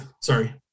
Sorry